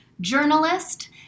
journalist